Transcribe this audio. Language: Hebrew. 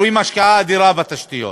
רואים השקעה אדירה בתשתיות.